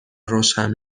روشن